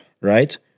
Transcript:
right